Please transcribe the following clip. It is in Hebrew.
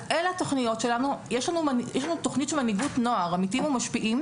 יש לנו תכנית של מנהיגות נוער "עמיתים ומשפיעים"